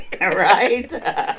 Right